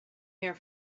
here